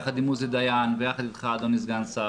יחד עם עוזי דיין ויחד איתך אדוני סגן השר,